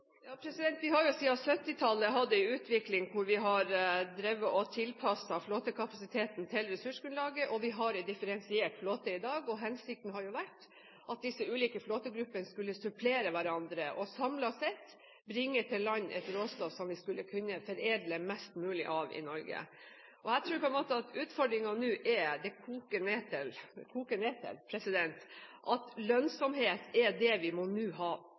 Vi har siden 1970-tallet hatt en utvikling der vi har tilpasset flåtekapasiteten til ressursgrunnlaget, og vi har en differensiert flåte i dag. Hensikten har vært at disse ulike flåtegruppene skulle supplere hverandre og samlet sett bringe til land et råstoff som vi skulle kunne foredle mest mulig av i Norge. Jeg tror at utfordringen nå koker ned til at lønnsomhet er det vi nå må fokusere aller mest på, for uten at vi greier å skaffe oss helårige, lønnsomme arbeidsplasser i fiskeindustrien, nytter det ikke hva vi